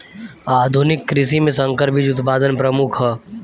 आधुनिक कृषि में संकर बीज उत्पादन प्रमुख ह